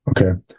Okay